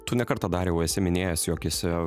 tu ne kartą dariau esi minėjęs jog esi